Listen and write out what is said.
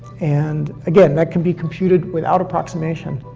and again, that can be computed without approximation.